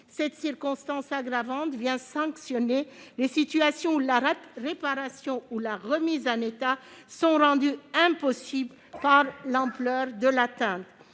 Cette circonstance aggravante vient sanctionner les situations dans lesquelles la réparation ou la remise en état sont rendues impossibles par l'ampleur de l'atteinte.